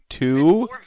Two